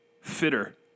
fitter